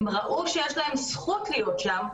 הן ראו שיש להן זכות להיות שם,